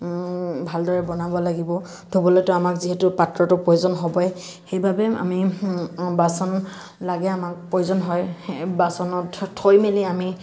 ভালদৰে বনাব লাগিব ধুবলৈটো আমাক পাত্ৰটো প্ৰয়োজন হ'বই সেইবাবে আমি বাচন লাগে আমাক প্ৰয়োজন হয় বাচনত থৈ মেলি আমি